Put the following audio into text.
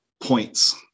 points